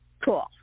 Cool